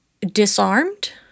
disarmed